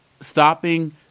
stopping